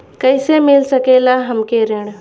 कइसे मिल सकेला हमके ऋण?